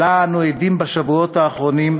שלה אנו עדים בשבועות האחרונים,